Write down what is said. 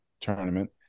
tournament